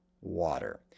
water